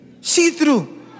See-through